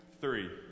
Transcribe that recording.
three